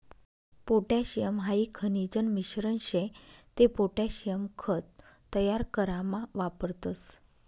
potassium हाई खनिजन मिश्रण शे ते पोटॅशियम खत तयार करामा वापरतस